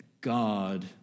God